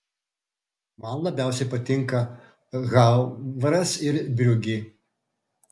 man labiausiai patinka havras ir briugė